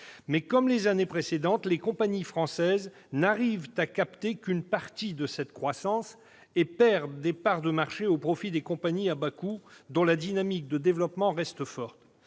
comme les années précédentes, les compagnies françaises n'arrivent à capter qu'une partie de cette croissance et perdent des parts de marché au profit des compagnies à bas coûts, dont la dynamique de développement reste forte.